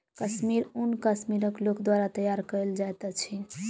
कश्मीरी ऊन कश्मीरक लोक द्वारा तैयार कयल जाइत अछि